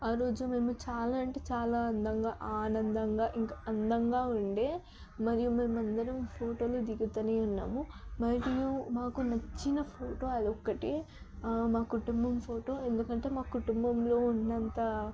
ఆ రోజు మేము చాలా అంటే చాలా అందంగా ఆనందంగా ఇంక అందంగా ఉండే మరియు మేము అందరం ఫోటోలు దిగుతు ఉన్నాము మరియు మాకు నచ్చిన ఫోటో అది ఒకటి మా కుటుంబం ఫోటో ఎందుకంటే మా కుటుంబంలో ఉన్నంత